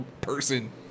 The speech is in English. person